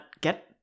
get